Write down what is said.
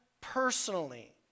personally